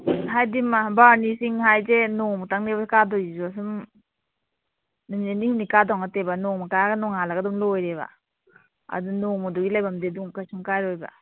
ꯍꯥꯏꯕꯗꯤ ꯕꯥꯔꯨꯅꯤ ꯆꯤꯡ ꯍꯥꯏꯁꯦ ꯅꯣꯡꯃꯇꯪꯅꯦꯕ ꯀꯥꯗꯣꯏꯁꯤꯁꯨ ꯁꯨꯝ ꯅꯨꯃꯤꯠ ꯅꯤꯅꯤ ꯍꯨꯝꯅꯤ ꯀꯥꯗꯧ ꯅꯠꯇꯦꯕ ꯅꯣꯡꯃ ꯀꯥꯔꯒ ꯅꯣꯡꯉꯥꯜꯂꯒ ꯑꯗꯨꯝ ꯂꯣꯏꯔꯦꯕ ꯑꯗꯨ ꯅꯣꯡꯃꯗꯨꯒꯤ ꯂꯩꯐꯝꯗꯤ ꯑꯗꯨꯝ ꯀꯩꯁꯨꯝ ꯀꯥꯏꯔꯣꯏꯕ